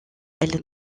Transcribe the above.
elle